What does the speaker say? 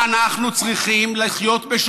אז אנחנו צריכים להחליט: אנחנו רוצים את